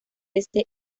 este